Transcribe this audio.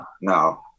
no